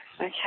Okay